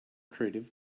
creative